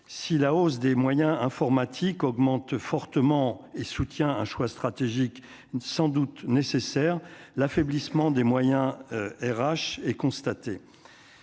si la hausse des moyens informatiques fortement et soutient un choix stratégique une sans doute nécessaire, l'affaiblissement des moyens RH et constaté.